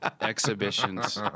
exhibitions